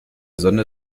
sonne